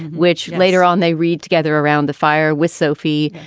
which later on they read together around the fire with sophie.